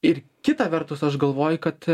ir kita vertus aš galvoju kad